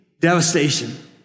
devastation